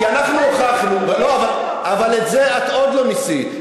כי אנחנו הוכחנו, אבל את זה את עוד לא ניסית.